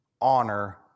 honor